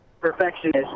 Perfectionist